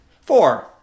four